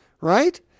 right